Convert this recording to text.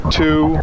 two